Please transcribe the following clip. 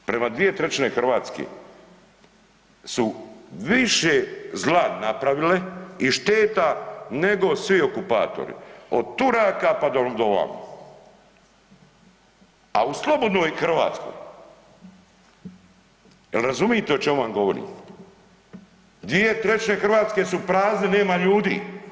Prema dvije trećine Hrvatske su više zla napravile i šteta nego svi okupatori od Turaka pa do … A u slobodnoj Hrvatskoj, jel' razumite o čemu vam govorim, dvije trećine Hrvatske su prazne, nema ljudi.